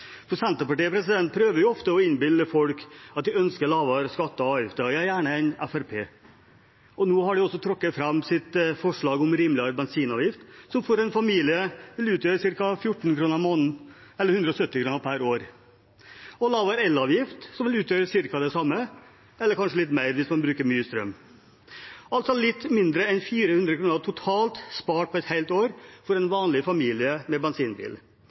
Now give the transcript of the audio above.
For Senterpartiet prøver jo ofte å innbille folk – ja gjerne en FrP-er – at de ønsker lavere skatter og avgifter. Nå har de også trukket fram sitt forslag om rimeligere bensinavgift, som for en familie vil utgjøre ca. 14 kr i måneden eller 170 kr per år, og lavere elavgift, som vil utgjøre ca. det samme – eller kanskje litt mer hvis man bruker mye strøm – dvs. litt mindre enn 400 kr totalt spart på et helt år for en vanlig familie med bensinbil.